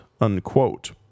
unquote